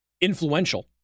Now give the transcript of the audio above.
influential